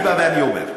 ואני בא ואני אומר: